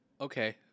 okay